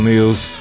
News